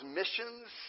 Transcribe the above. missions